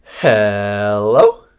hello